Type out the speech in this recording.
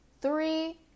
three